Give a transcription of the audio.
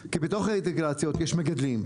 כי בתוך האינטגרציות יש מגדלים.